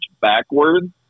Backwards